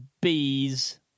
Bees